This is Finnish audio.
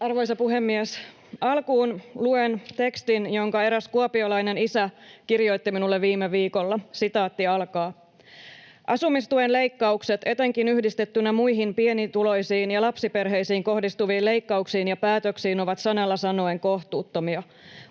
Arvoisa puhemies! Alkuun luen tekstin, jonka eräs kuopiolainen isä kirjoitti minulle viime viikolla: ”Asumistuen leikkaukset, etenkin yhdistettynä muihin pienituloisiin ja lapsiperheisiin kohdistuviin leikkauksiin ja päätöksiin, ovat sanalla sanoen kohtuuttomia.